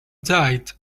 died